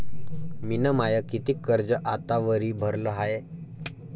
मिन माय कितीक कर्ज आतावरी भरलं हाय?